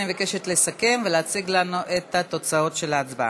אני מבקשת לסכם ולהציג לנו את התוצאות של ההצבעה.